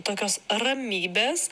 tokios ramybės